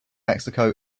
mexico